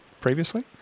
previously